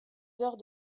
heures